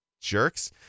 Jerks